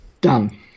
Done